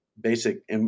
basic